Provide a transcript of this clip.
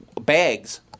bags